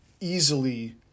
easily